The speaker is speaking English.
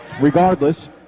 Regardless